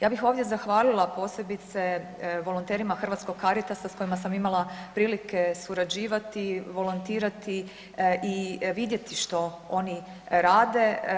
Ja bih ovdje zahvalila posebice volonterima Hrvatskog Caritasa s kojima sam imala prilike surađivati, volontirati i vidjeti što oni rade.